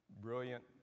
brilliant